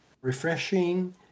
refreshing